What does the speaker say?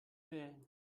wählen